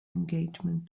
engagement